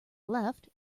left